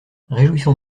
réjouissons